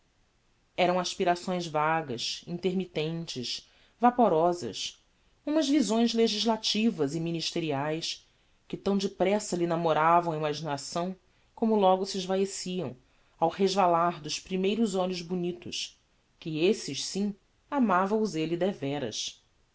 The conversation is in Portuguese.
eram aspirações vagas intermittentes vaporosas umas visões legislativas e ministeriaes que tão depressa lhe namoravam a imaginação como logo se esvaeciam ao resvalar dos primeiros olhos bonitos que esses sim amava os elle deveras